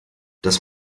das